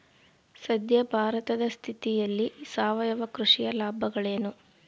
ಸದ್ಯ ಭಾರತದ ಸ್ಥಿತಿಯಲ್ಲಿ ಸಾವಯವ ಕೃಷಿಯ ಲಾಭಗಳೇನು?